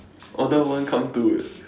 order one come two eh